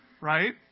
right